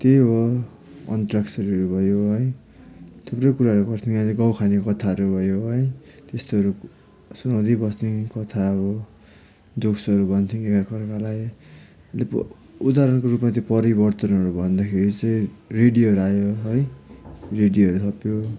त्यही हो अन्ताक्षरीहरू भयो है थुप्रै कुराहरू अझै गाउँखाने कथाहरू भयो है त्यस्तोहरू सुनाउँदै बस्ने कथा अब जोक्सहरू भन्थ्यौँ या कसलाई कसलाई उदाहरणको रूपमा चाहिँ परिवर्तनहरू भन्दाखेरि चाहिँ रेडियोहरू आयो है रेडियोहरू थपियो